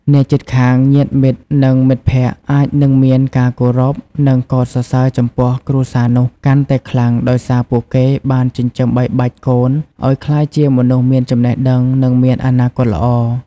អ្នកជិតខាង ញាតិមិត្ត និងមិត្តភក្តិ អាចនឹងមានការគោរព និងកោតសរសើរចំពោះគ្រួសារនោះកាន់តែខ្លាំងដោយសារពួកគេបានចិញ្ចឹមបីបាច់កូនឱ្យក្លាយជាមនុស្សមានចំណេះដឹង និងមានអនាគតល្អ។